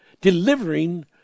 delivering